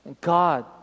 God